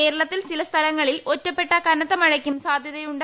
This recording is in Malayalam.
കേരളത്തിൽ ചില സ്ഥലങ്ങളിൽ ഒറ്റപ്പെട്ട കനത്ത മഴയ്ക്കും സാധ്യതയുണ്ട്